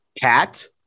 cat